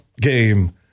game